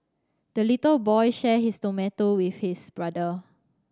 the little boy shared his tomato with his brother